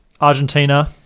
Argentina